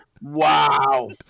Wow